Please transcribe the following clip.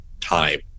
time